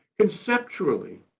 conceptually